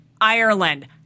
Ireland